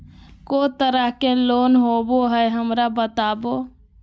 को तरह के लोन होवे हय, हमरा बताबो?